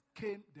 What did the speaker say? came